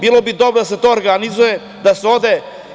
Bilo bi dobro da se to organizuje, da se ode.